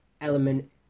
element